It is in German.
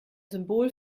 symbol